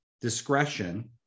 discretion